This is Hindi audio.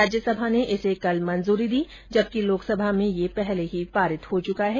राज्यसभा ने इसे कल मंजूरी दी जबकि लोकसभा में यह पहले ही पारित हो चुका है